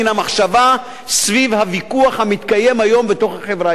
סביב הוויכוח המתקיים היום בתוך החברה הישראלית,